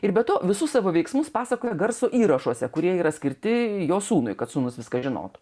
ir be to visus savo veiksmus pasakojo garso įrašuose kurie yra skirti jo sūnui kad sūnus viską žinotų